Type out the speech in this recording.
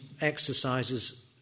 exercises